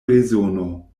rezono